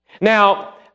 Now